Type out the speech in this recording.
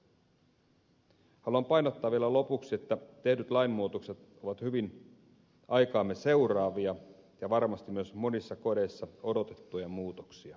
haluan painottaa vielä lopuksi että tehdyt lainmuutokset ovat hyvin aikaamme seuraavia ja varmasti myös monissa kodeissa odotettuja muutoksia